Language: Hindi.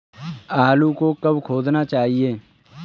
आलू को कब खोदना चाहिए?